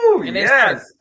Yes